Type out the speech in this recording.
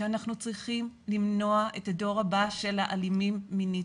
שאנחנו צריכים למנוע את הדור הבא של האלימים מינית.